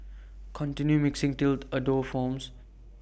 continue mixing till A dough forms